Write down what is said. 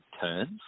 turns